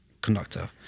conductor